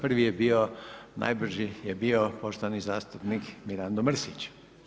Prvi je bio, najbrži je bio poštovani zastupnik Mirando Mrsić.